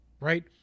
right